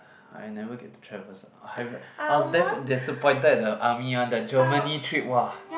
I never get to travel I I was damn disappointed at the army one the Germany trip !wah!